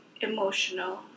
emotional